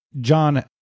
John